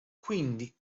quindi